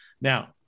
Now